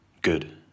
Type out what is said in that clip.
Good